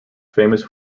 famous